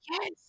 Yes